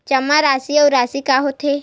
जमा राशि अउ राशि का होथे?